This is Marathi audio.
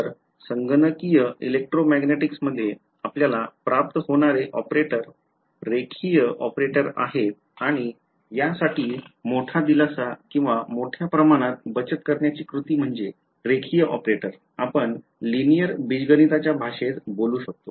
तर संगणकीय इलेक्ट्रोमॅग्नेटिक्समध्ये आपल्याला प्राप्त होणारे ऑपरेटर रेषीय ऑपरेटर आहेत आणि याविषयी मोठा दिलासा किंवा मोठ्या प्रमाणात बचत करण्याची कृती म्हणजे रेषीय ऑपरेटर आपण लिनियर बीजगणिताच्या भाषेत बोलू शकतो